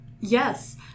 Yes